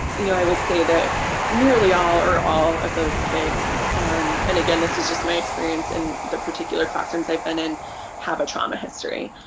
you know i would say that nearly all or all of those kids and again this is just my experience in the particular classrooms i've been in have a trauma history.